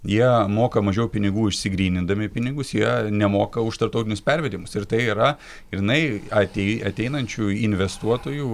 jie moka mažiau pinigų išsigrynindami pinigus jie nemoka už tarptautinius pervedimus ir tai yra grynai atei ateinančių investuotojų